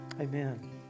Amen